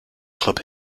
club